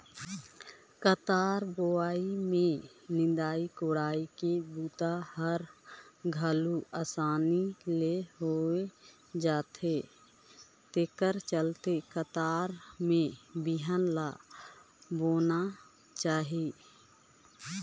कतार बोवई में निंदई कोड़ई के बूता हर घलो असानी ले हो जाथे तेखर चलते कतार में बिहन ल बोना चाही